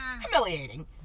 Humiliating